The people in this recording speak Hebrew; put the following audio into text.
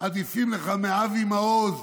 עדיפים לך מאבי מעוז,